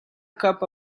cup